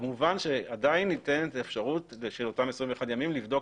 כמובן שעדיין ניתנת אפשרות של אותם 21 ימים לבדוק